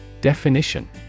Definition